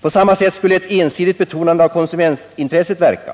På samma sätt skulle ett ensidigt betonande av konsumentintresset verka.